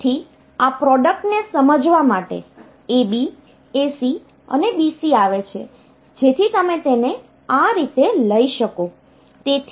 તેથી આ પ્રોડક્ટ ને સમજવા માટે A B A C અને B C આવે છે જેથી તમે તેને આ રીતે લઈ શકો